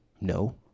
No